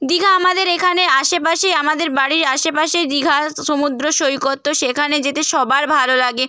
দীঘা আমাদের এখানে আশেপাশেই আমাদের বাড়ির আশেপাশেই দীঘা সমুদ্র সৈকত তো সেখানে যেতে সবার ভালো লাগে